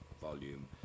volume